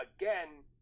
again